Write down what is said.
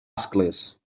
ascles